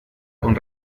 con